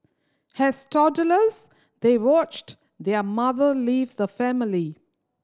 has toddlers they watched their mother leave the family